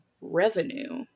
revenue